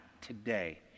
today